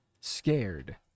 scared